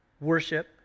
worship